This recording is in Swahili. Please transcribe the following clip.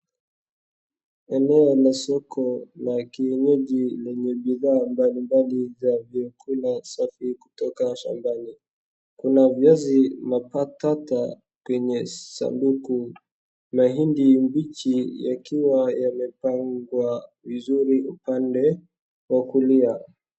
Eneo la soko la kienyeji lenye bidhaa mbalimbali za vyakula safi kutoka shambani. Kuna viazi mbatata kwenye sanduku, mahindi mbichi yakiwa yamepangwa vizuri upande wa kulia.